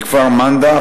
מכפר-מנדא,